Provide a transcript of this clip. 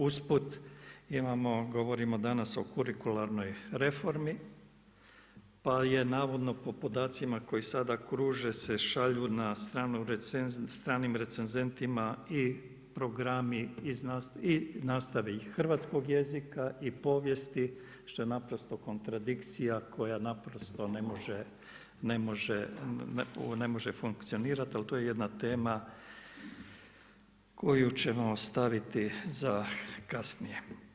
Usput imamo, govorimo danas o kurikularnoj reformi, pa je navodno po podacima koji sada kruže se šalju na stranim recenzentima i programi i nastave i hrvatskog jezika i povijesti što je naprosto kontradikcija koja naprosto ne može funkcionirati. ali to je jedna tema koju ćemo staviti za kasnije.